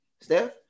Steph